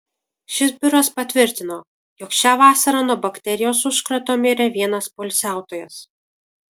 šis biuras patvirtino jog šią vasarą nuo bakterijos užkrato mirė vienas poilsiautojas